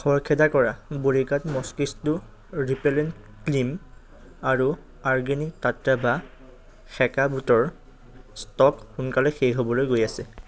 খৰখেদা কৰা Bodyguard mosquito repellent cream আৰু অৰ্গেনিক টাট্টাভা সেকা বুটৰ ষ্টক সোনকালে শেষ হ'বলৈ গৈ আছে